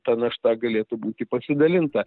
ta našta galėtų būti pasidalinta